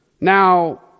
Now